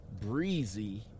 breezy